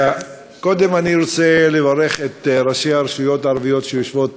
קודם כול אני רוצה לברך את ראשי הרשויות הערביות שיושבים